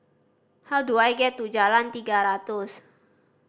how do I get to Jalan Tiga Ratus